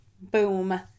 Boom